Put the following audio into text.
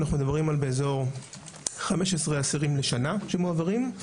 אנחנו מדברים על באזור 15 אסירים לשנה שמועברים.